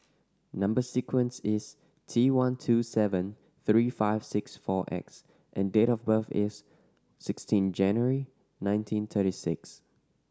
number sequence is T one two seven three five six four X and date of birth is sixteen January nineteen thirty six